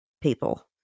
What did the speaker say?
people